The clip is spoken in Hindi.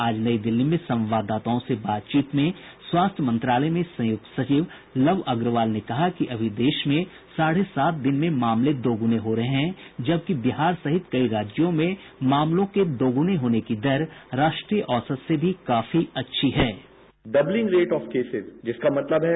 आज नई दिल्ली में संवाददाताओं से बातचीत में स्वास्थ्य मंत्रालय में संयुक्त सचिव लव अग्रवाल ने कहा कि अभी देश में साढ़े सात दिन में मामले में दोगुने हो रहे हैं जबकि बिहार सहित अठारह राज्यों में मामलों के दोगुने होने की दर राष्ट्रीय औसत से भी काफी अच्छी है